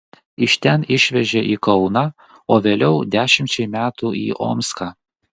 iš ten išvežė į kauną o vėliau dešimčiai metų į omską